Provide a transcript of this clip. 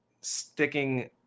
sticking